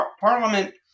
Parliament